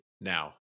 now